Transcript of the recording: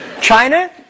China